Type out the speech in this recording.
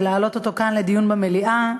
להעלות אותו כאן לדיון במליאה.